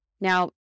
Now